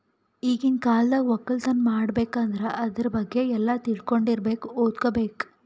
ಈಗಿನ್ ಕಾಲ್ದಾಗ ವಕ್ಕಲತನ್ ಮಾಡ್ಬೇಕ್ ಅಂದ್ರ ಆದ್ರ ಬಗ್ಗೆ ಎಲ್ಲಾ ತಿಳ್ಕೊಂಡಿರಬೇಕು ಓದ್ಬೇಕು